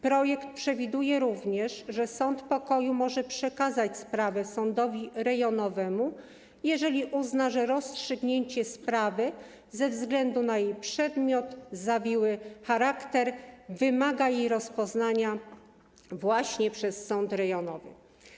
Projekt przewiduje również, że sąd pokoju może przekazać sprawę sądowi rejonowemu, jeżeli uzna, że rozstrzygnięcie sprawy ze względu na jej przedmiot, zawiły charakter wymaga jej rozpoznania przez sąd rejonowy.